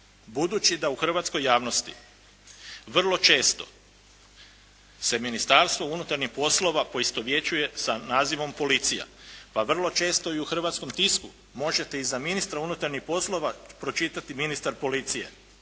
Budući da u hrvatskoj javnosti vrlo često se Ministarstvo unutarnjih poslova poistovjećuje sa nazivom policija, pa vrlo često i u hrvatskom tisku možete i za ministra unutarnjih poslova pročitati ministar policije.